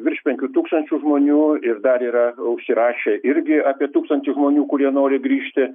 virš penkių tūkstančių žmonių ir dar yra užsirašę irgi apie tūkstantį žmonių kurie nori grįžti